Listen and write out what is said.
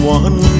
one